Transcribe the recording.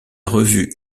revue